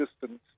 distance